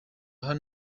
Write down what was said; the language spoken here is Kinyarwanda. hano